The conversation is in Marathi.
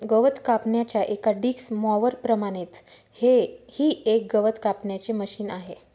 गवत कापण्याच्या एका डिक्स मॉवर प्रमाणेच हे ही एक गवत कापण्याचे मशिन आहे